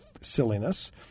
silliness